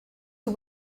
who